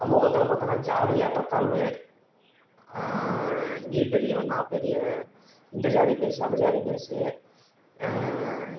சமூகத்தில் பார்த்தோன்னா ஜாதி ஏற்றத்தாழ்வு நீ பெரியவன் நான் பெரியவன் இந்த ஜாதி பெருசு அந்த ஜாதி பெருசு